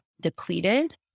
depleted